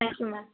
thank you ma'am